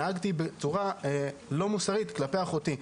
נהגתי בצורה לא מוסרית כלפי אחותי,